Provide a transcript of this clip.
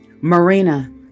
Marina